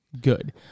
Good